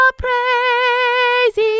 praise